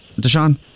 Deshaun